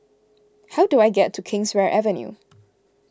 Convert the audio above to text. how do I get to Kingswear Avenue